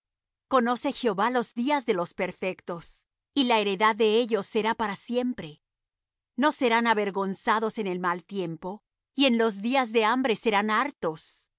conoce jehová los días de los perfectos y la heredad de ellos será para siempre no serán avergonzados en el mal tiempo y en los días de hambre serán hartos